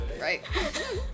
Right